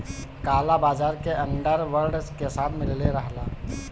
काला बाजार के अंडर वर्ल्ड के साथ मिलले रहला